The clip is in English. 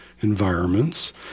environments